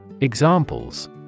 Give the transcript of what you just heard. Examples